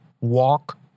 walk